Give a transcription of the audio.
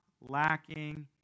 lacking